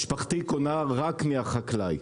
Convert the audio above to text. משפחתי קונה רק מהחקלאי.